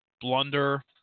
blunder